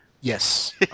Yes